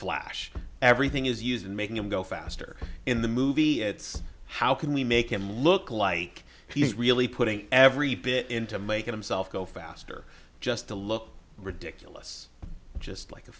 flash everything is used in making him go faster in the movie it's how can we make him look like he's really putting every bit into making himself go faster just to look ridiculous just like a